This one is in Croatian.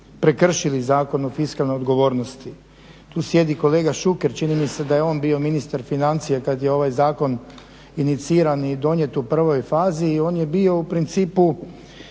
prekršili Zakon o fiskalnoj odgovornosti. Tu sjedi kolega Šuker, čini mi se da je on bio ministar financija kad je ovaj zakon iniciran i donijet u prvoj fazi i on je bio u principu